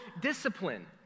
discipline